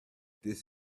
this